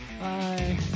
Bye